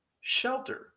shelter